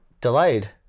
delayed